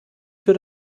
für